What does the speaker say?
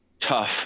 tough